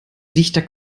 dichter